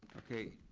okay,